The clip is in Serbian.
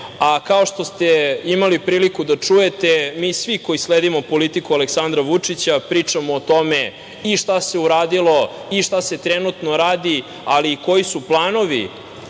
a kao što ste imali priliku da čujete mi svi koji sledimo politiku Aleksandra Vučića pričamo o tome i šta se uradilo i šta se trenutno radi, ali i koji su planovi